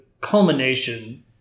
culmination